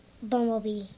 Bumblebee